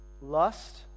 Lust